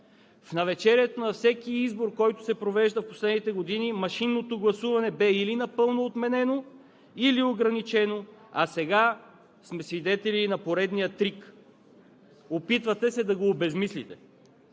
В навечерието на всеки избор, който се провежда в последните години, машинното гласуване бе или напълно отменено, или ограничено, а сега сме свидетели на поредния трик – опитвате се да го обезсмислите